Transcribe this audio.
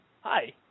Hi